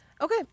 Okay